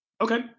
Okay